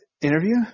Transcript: interview